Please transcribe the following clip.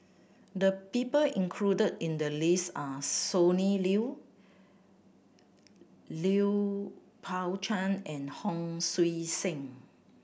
the people included in the list are Sonny Liew Lui Pao Chuen and Hon Sui Sen